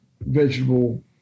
vegetable